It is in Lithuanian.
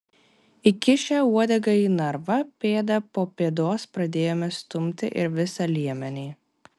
įkišę uodegą į narvą pėda po pėdos pradėjome stumti ir visą liemenį